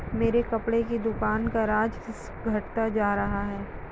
मेरी कपड़े की दुकान का राजस्व घटता जा रहा है